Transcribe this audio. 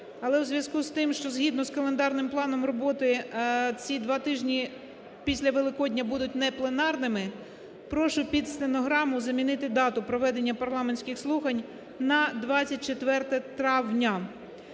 Але у зв'язку з тим, що згідно з календарним планом роботи ці два тижні після Великодня будуть непленарними, прошу під стенограму змінити дату проведення парламентських слухань на 24 травня.